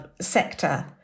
sector